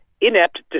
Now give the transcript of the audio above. inept